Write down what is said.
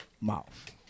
mouth